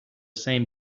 same